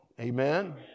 amen